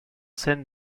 scène